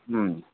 ಹ್ಞೂ